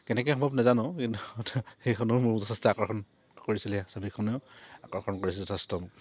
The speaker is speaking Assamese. কেনেকৈ সম্ভৱ নাজানো কিন্তু সেইখনেও মোৰ যথেষ্ট আকৰ্ষণ কৰিছিলে ছবিখনেও আকৰ্ষণ কৰিছিল যথেষ্ট